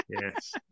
Yes